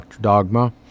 dogma